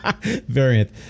variant